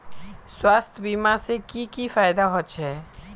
स्वास्थ्य बीमा से की की फायदा छे?